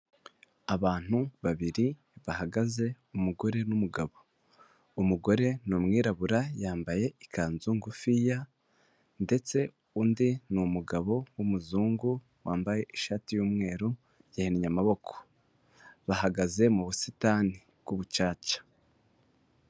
Abantu babiri bahagaze umugore n'umugabo umugore ni umwirabura yambaye ikanzu ngufiya, ndetse undi ni umugabo w'umuzungu wambaye ishati y'umweru yahinnye amaboko bahagaze mu busitani bw'ubucaca.